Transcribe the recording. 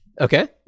okay